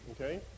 okay